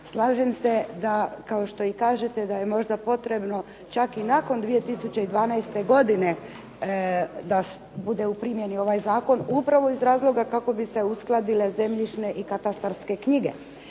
slažem se da kao što i kažete da je možda potrebno čak i nakon 2012. godine da bude u primjeni ovaj zakon upravo iz razloga kako bi se uskladile zemljišne i katastarske knjige.